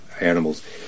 animals